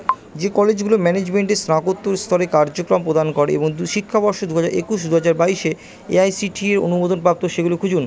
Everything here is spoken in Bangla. যে কলেজগুলো ম্যানেজমেন্টে স্নাতকোত্তর স্তরের কার্যক্রম প্রদান করে এবং দু শিক্ষাবর্ষ দু হাজার একুশ দু হাজার বাইশে A I C T E অনুমোদনপাপ্ত সেগুলো খুঁজুন